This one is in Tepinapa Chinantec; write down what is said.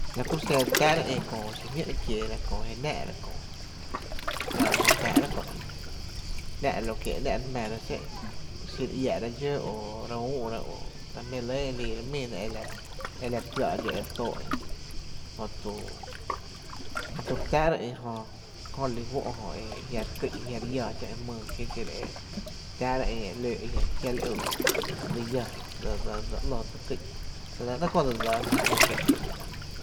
La kuro’ xen e re tⱥⱥ’ra ï köö xiñó’ kieera e köö je ‘náá’ra köö, ‘nⱥⱥna re tá’ra köö ï, ‘nⱥ’ lo que e ‘nⱥ’ re jmⱥⱥra xé’n re iáá’ra dxó o re ü’ra po ta jmí’ lɇ e liira míina e la e la re kuⱥⱥ’ dxó e re tó’ ï jö to jö to re tⱥⱥ’ra ï jö re li fó’ jö e jia’ re ký’n jia’ re lla xé’n jmýý kí xiro e e re tⱥⱥ’ra ï e ‘lóó’ jia li ýyý dse lla, dse ‘ló dse ký’n, enɇ ‘néé’ kö¨dse dsaana jná júú kiee’ ï.